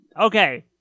Okay